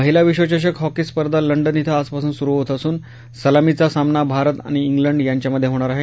महिला विश्वचषक हॉकी स्पर्धा लंडन क्रे आजपासून सुरु होत असून सलामीचा सामना भारत आणि केंड यांच्यामध्ये होणार आहे